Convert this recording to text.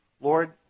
Lord